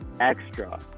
extra